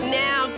now